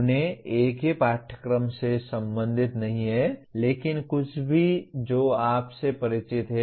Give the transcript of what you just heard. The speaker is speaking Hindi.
उन्हें एक ही पाठ्यक्रम से संबंधित नहीं है लेकिन कुछ भी जो आप से परिचित हैं